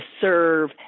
serve